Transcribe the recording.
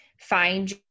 find